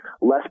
less